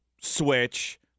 switch